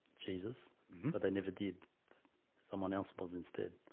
jesus but they never did someone else was instead.